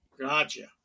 Gotcha